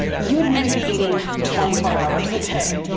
you would need to be eating twenty four hours a day.